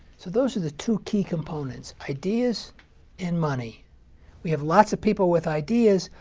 so those are the two key components ideas and money we have lots of people with ideas,